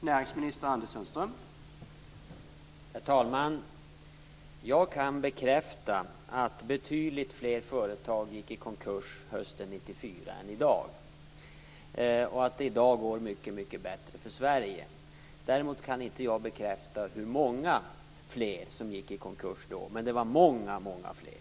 Herr talman! Jag kan bekräfta att betydligt fler företag gick i konkurs hösten 1994 än i dag och att det i dag går mycket bättre för Sverige. Däremot kan inte jag bekräfta hur många fler som gick i konkurs då, men det var många fler.